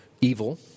evil